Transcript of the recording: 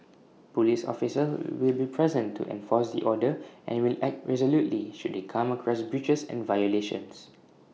Police officers will be present to enforce the order and will act resolutely should they come across breaches and violations